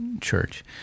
church